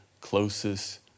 closest